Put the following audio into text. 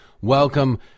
Welcome